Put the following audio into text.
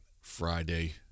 Friday